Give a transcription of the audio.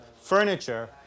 furniture